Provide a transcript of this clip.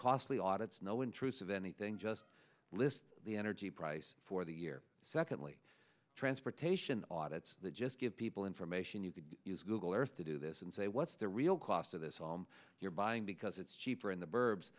costly audit's no intrusive anything just list the energy price for the year secondly transportation audit that just give people information you can use google earth to do this and say what's the real cost of this all you're buying because it's cheaper in the b